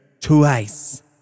twice